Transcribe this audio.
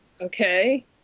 Okay